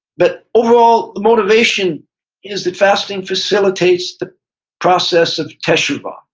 but overall, the motivation is that fasting facilitates the process of teshuvah,